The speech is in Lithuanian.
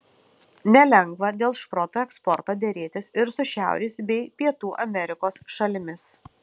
nelengva dėl šprotų eksporto derėtis ir su šiaurės bei pietų amerikos šalimis